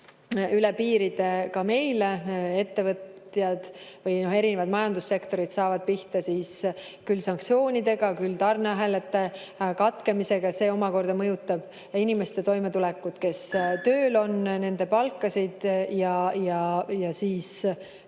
üle piiride ka meile. Ettevõtjad või erinevad majandussektorid saavad pihta küll sanktsioonidega, küll tarneahelate katkemisega. See omakorda mõjutab inimeste toimetulekut, nende palkasid, kes tööl